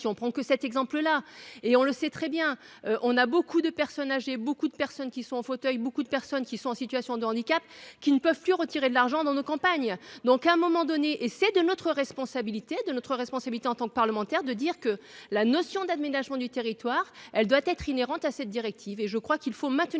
si on prends que cet exemple là et on le sait très bien, on a beaucoup de personnes âgées, beaucoup de personnes qui sont en fauteuils beaucoup de personnes qui sont en situation de handicap qui ne peuvent plus retirer de l'argent dans nos campagnes, donc à un moment donné et c'est de notre responsabilité de notre responsabilité en tant que parlementaire, de dire que la notion d'aide ménagement du territoire, elle doit être inhérente à cette directive et je crois qu'il faut maintenir